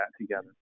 together